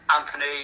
Anthony